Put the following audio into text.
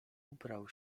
ubrał